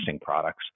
products